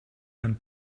and